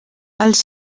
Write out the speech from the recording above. els